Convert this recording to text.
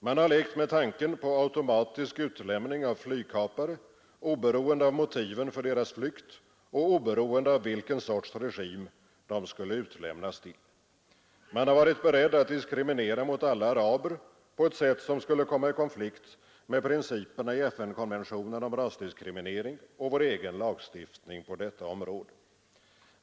Man har lekt med tanken på automatisk utlämning av flygkapare, oberoende av motiven för deras flykt och oberoende av vilken sorts regim de skulle utlämnas till. Man har varit beredd att diskriminera alla araber på ett sätt som skulle komma i konflikt med principerna i FN-konventionen om rasdiskriminering och vår egen lagstiftning på detta område.